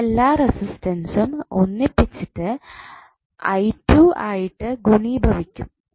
ഈ എല്ലാ റസിസ്റ്റൻ സും ഒന്നിപ്പിച്ചിട്ട് ആയിട്ട് ഗുണീഭവിക്കും